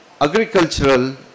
Agricultural